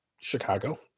Chicago